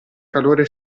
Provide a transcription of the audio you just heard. calore